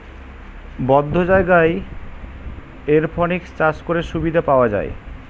বদ্ধ জায়গায় এরপনিক্স চাষ করে সুবিধা পাওয়া যায়